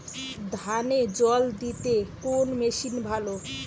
ধানে জল দিতে কোন মেশিন ভালো?